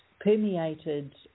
permeated